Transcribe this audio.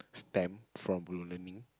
stamp from ballooning